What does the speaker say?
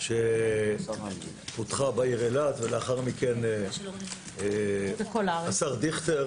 בעיר אילת ולאחר מכן השר דיכטר